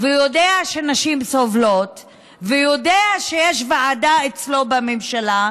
וידוע שנשים סובלות ויודע שיש ועדה אצלו בממשלה,